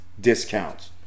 discounts